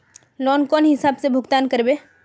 Loan कौन हिसाब से भुगतान करबे?